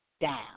down